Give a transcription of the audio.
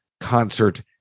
concert